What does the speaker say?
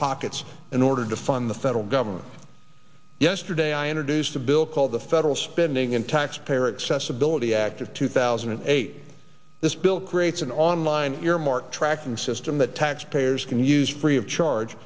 pockets in order to fund the federal government yesterday i introduced a bill called the federal spending and tax payer accessibility act of two thousand and eight this bill creates an online earmark tracking system that taxpayers can use free of charge